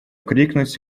крикнуть